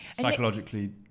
psychologically